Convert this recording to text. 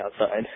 outside